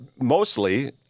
mostly